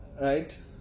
right